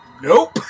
Nope